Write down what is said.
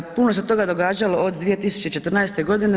Puno se toga događalo od 2014. godine.